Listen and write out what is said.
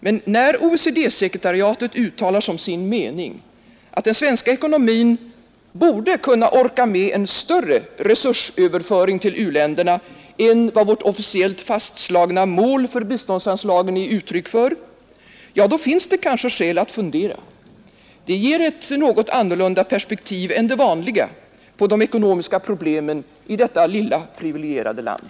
Men när OECD-sekretariatet uttalar som sin mening, att den svenska ekonomin borde kunna orka med en större resursöverföring till u-länderna än vad vårt officiellt fastslagna mål för biståndsanslagen är uttryck för, då finns det kanske skäl att fundera. Det ger ett något annorlunda perspektiv än det vanliga på de ekonomiska problemen i detta lilla privilegierade land.